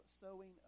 sowing